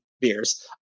beers